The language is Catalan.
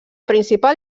principal